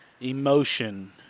emotion